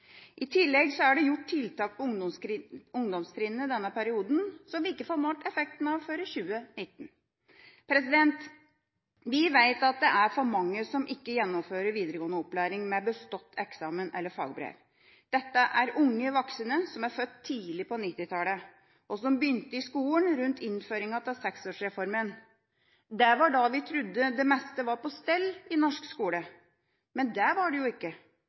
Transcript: I tillegg er det gjort tiltak på ungdomstrinnet denne perioden som vi ikke får målt effekten av før i 2019. Vi vet at det er for mange som ikke gjennomfører videregående opplæring med bestått eksamen eller fagbrev. Dette er unge voksne som er født tidlig på 1990-tallet, og som begynte i skolen rundt innføring av 6-årsreformen. Det var da vi trodde det meste var på stell i norsk skole. Det var det ikke.